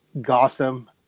Gotham